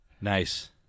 Nice